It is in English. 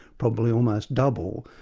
probably almost double,